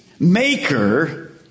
Maker